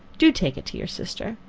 do take it to your sister.